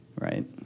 right